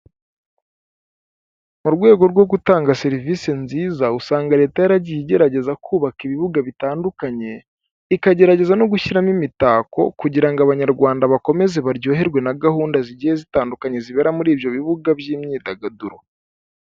Mu rwego rwo gutanga serivise nziza usanga leta yaragiye igerageza kubaka ibibuga bitandukanye, ikagerageza no gushyiramo imitako kugirango abanyarwanda bakomeze baryoherwe na gahunda zigiye zitandukanye zibera muri ibyo bibuga by'imyidagaduro.